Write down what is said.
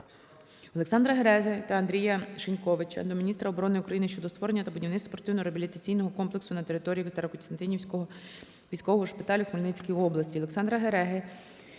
Олександра Гереги та Андрія Шиньковича до міністра оборони України щодо створення та будівництва спортивно-реабілітаційного комплексу на території Старокостянтинівського військового шпиталю у Хмельницькій області.